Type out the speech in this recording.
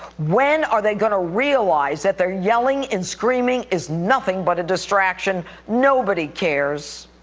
when are they gonna realize that they're yelling and screaming is nothing but a distraction. nobody cares.